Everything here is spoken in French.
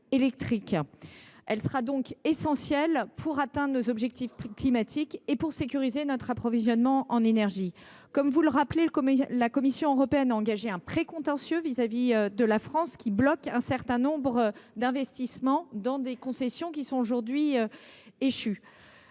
Elle sera donc essentielle pour atteindre nos objectifs climatiques et pour sécuriser notre approvisionnement en énergie. Comme vous le rappelez, monsieur le sénateur, la Commission européenne a engagé un précontentieux contre la France, ce qui bloque un certain nombre d’investissements dans des concessions aujourd’hui échues.